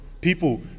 People